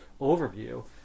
overview